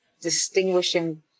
distinguishing